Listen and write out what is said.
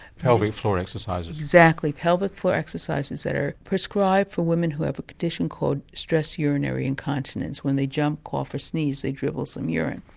pelvic floor exercises. exactly. pelvic floor exercises are prescribed for women who have a condition called stress urinary incontinence when they jump, cough, or sneeze, they dribble some urine.